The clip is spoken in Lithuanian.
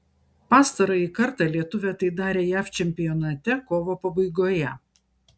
pastarąjį kartą lietuvė tai darė jav čempionate kovo pabaigoje